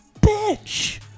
bitch